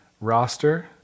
roster